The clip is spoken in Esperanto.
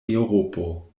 eŭropo